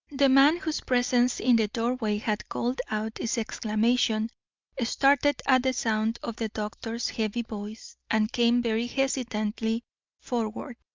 the man whose presence in the doorway had called out this exclamation started at the sound of the doctor's heavy voice, and came very hesitatingly forward.